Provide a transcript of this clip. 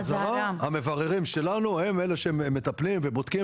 אז המבררים שלנו הם אלה שמטפלים ובודקים